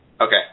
Okay